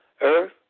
earth